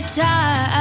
time